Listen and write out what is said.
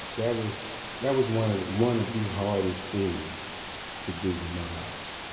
that was that was one and one of the hardest things to do in my life,